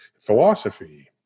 philosophy